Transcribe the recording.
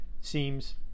seems